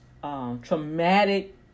Traumatic